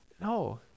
No